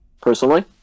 Personally